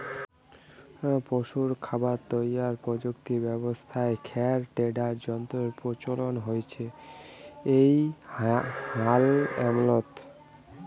পশুর খাবার তৈয়ার প্রযুক্তি ব্যবস্থাত খ্যার টেডার যন্ত্রর প্রচলন হইচে এ্যাই হাল আমলত